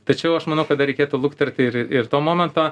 tačiau aš manau kad dar reikėtų lukterti ir ir to momento